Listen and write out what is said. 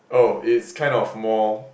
oh is kind of more